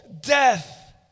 death